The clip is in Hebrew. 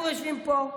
אנחנו יושבים פה,